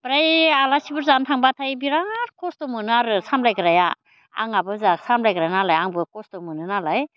ओमफ्राय आलासिफोर जानो थांब्लाथाय बिराद खस्थ' मोनो आरो सामलायग्राया आंहाबो ओजा सामलायग्रा नालाय आंबो खस्थ' मोनो नालाय